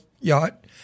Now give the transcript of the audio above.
yacht